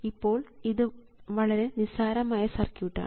ഇപ്പോൾ ഇത് വളരെ നിസ്സാരമായ സർക്യൂട്ടാണ്